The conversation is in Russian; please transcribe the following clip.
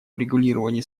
урегулировании